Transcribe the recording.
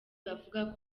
bavuga